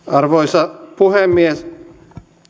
arvoisa puhemies